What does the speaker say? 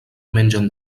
mengen